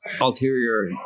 ulterior